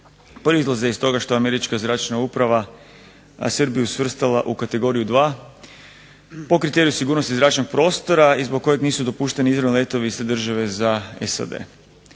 proizlaze iz toga što je Američka zračna uprava Srbiju svrstala u kategoriju 2 po kriteriju sigurnosti zračnog prostora i zbog kojeg nisu dopušteni izravni letovi iz te države za SAD.